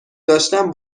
داشتم